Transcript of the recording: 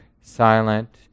silent